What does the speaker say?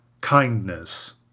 kindness